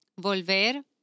Volver